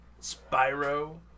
Spyro